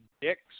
dicks